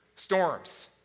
Storms